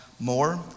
more